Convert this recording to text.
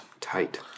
tight